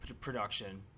production